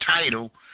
title